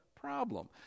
problem